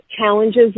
challenges